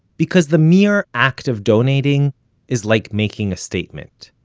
because the mere act of donating is like making a statement.